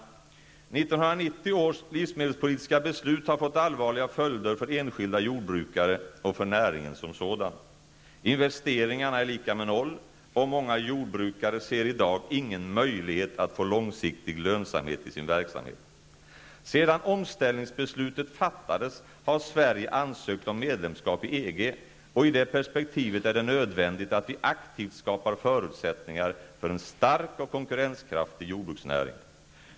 1990 års livsmedelspolitiska beslut har fått allvarliga följder för enskilda jordbrukare och för näringen som sådan. Investeringarna är lika med noll och många jordbrukare ser i dag ingen möjlighet att få långsiktig lönsamhet i sin verksamhet. Sedan omställningsbeslutet fattades har Sverige ansökt om medlemskap i EG, och i det perspektivet är det nödvändigt att vi aktivt skapar förutsättningar för en stark och konkurrenskraftig jordbruksnäring.